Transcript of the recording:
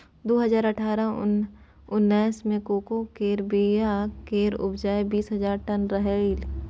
दु हजार अठारह उन्नैस मे कोको केर बीया केर उपजा बीस हजार टन रहइ